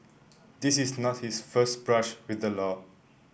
this is not his first brush with the law